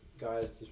guys